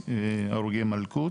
הרוגי מלכות